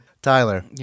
Tyler